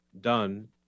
done